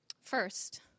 First